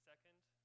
Second